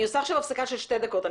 אני עושה הפסקה עכשיו של שתי דקות.